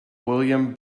william